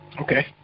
Okay